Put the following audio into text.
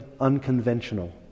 unconventional